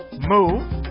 move